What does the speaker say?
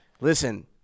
Listen